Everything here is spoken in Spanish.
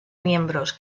miembros